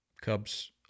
Cubs